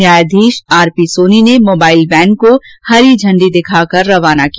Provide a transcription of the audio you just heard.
न्यायाधीश R P Soni ने mobile van को हरी झंडी दिखाकर रवाना किया